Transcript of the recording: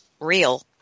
real